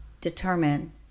determine